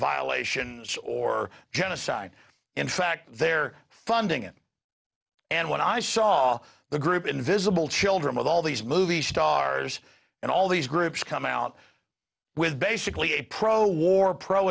violations or genocide in fact they're funding it and when i saw the group invisible children with all these movie stars and all these groups come out with basically a pro war pro